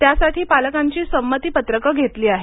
त्यासाठी पालकांची संमती पत्रकं घेतली आहेत